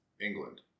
England